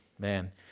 Man